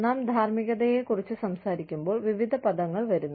നാം ധാർമ്മികതയെക്കുറിച്ച് സംസാരിക്കുമ്പോൾ വിവിധ പദങ്ങൾ വരുന്നു